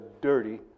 dirty